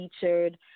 featured